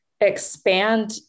expand